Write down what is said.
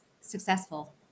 successful